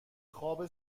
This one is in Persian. خواب